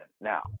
Now